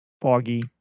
Foggy